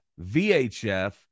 VHF